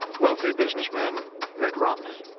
wealthy businessman mitt romney.